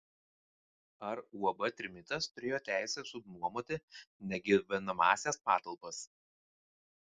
ar uab trimitas turėjo teisę subnuomoti negyvenamąsias patalpas